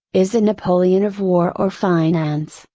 is a napoleon of war or finance,